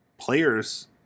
players